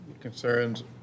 concerns